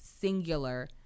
singular